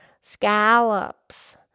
scallops